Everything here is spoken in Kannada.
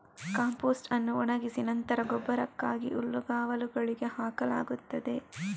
ಕಾಂಪೋಸ್ಟ್ ಅನ್ನು ಒಣಗಿಸಿ ನಂತರ ಗೊಬ್ಬರಕ್ಕಾಗಿ ಹುಲ್ಲುಗಾವಲುಗಳಿಗೆ ಹಾಕಲಾಗುತ್ತದೆ